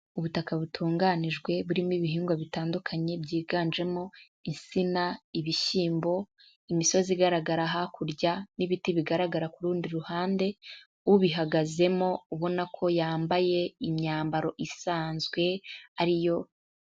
Ubutaka butunganijwe burimo ibihingwa bitandukanye byiganjemo intsina, ibishyimbo; imisozi igaragara hakurya n'ibiti bigaragara ku rundi ruhande, ubihagazemo ubona ko yambaye imyambaro isanzwe ari yo...